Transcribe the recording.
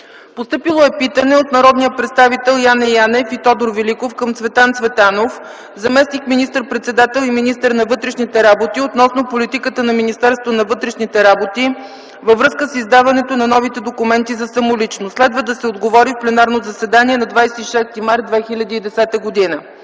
Постъпило е питане от народните представители Яне Янев и Тодор Великов към Цветан Цветанов – заместник министър-председател и министър на вътрешните работи, относно политиката на Министерството на вътрешните работи във връзка с издаването на новите документи за самоличност. Следва да се отговори в пленарното заседание на 26 март 2010 г.